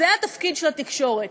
זה התפקיד של התקשורת,